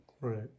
Right